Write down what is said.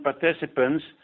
participants